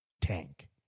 Tank